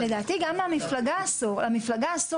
לדעתי גם למפלגה אסור לתת.